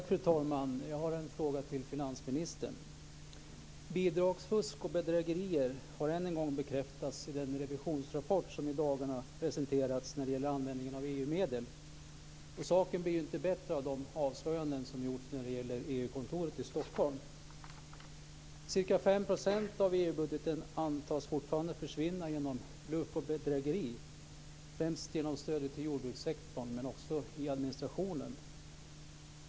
Fru talman! Jag har en fråga till finansministern. Bidragsfusk och bedrägerier har än en gång bekräftats i den revisionsrapport som i dagarna presenterats när det gäller användningen av EU-medel. Saken blir ju inte bättre av de avslöjanden som gjorts när det gäller EU-kontoret i Stockholm. Ca 5 % av EU-budgeten antas fortfarande försvinna genom bluff och bedrägeri, främst genom stödet till jordbrukssektorn men också i administrationen.